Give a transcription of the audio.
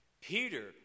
Peter